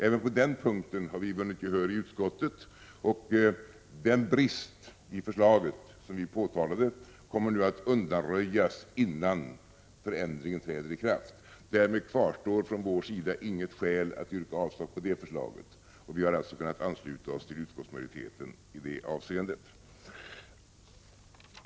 Även på den punkten har vi vunnit gehöri 8 maj 1987 utskottet, och den brist i förslaget som vi påtalade kommer att undanröjas innan förändringen träder i kraft. Därmed kvarstår inga skäl för oss att yrka avslag på det förslaget. Vi har alltså kunnat ansluta oss till utskottsmajoriteten i det avseendet.